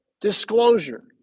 disclosure